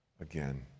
again